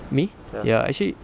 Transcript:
me ya actually